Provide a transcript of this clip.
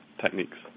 techniques